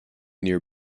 near